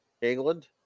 England